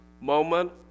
moment